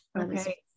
Okay